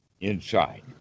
inside